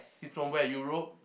he's from where Europe